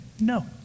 No